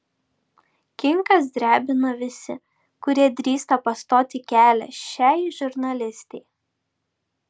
kinkas drebina visi kurie drįsta pastoti kelią šiai žurnalistei